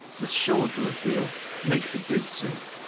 the shoulder of veal makes a good soup.